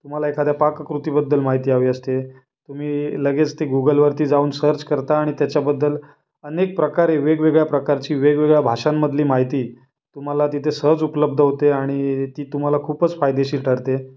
तुम्हाला एखाद्या पाककृतीबद्दल माहिती हवी असते तुम्ही लगेच ती गुगलवरती जाऊन सर्च करता आणि त्याच्याबद्दल अनेक प्रकारे वेगवेगळ्या प्रकारची वेगवेगळ्या भाषांमधली माहिती तुम्हाला तिथे सहज उपलब्ध होते आणि ती तुम्हाला खूपच फायदेशीर ठरते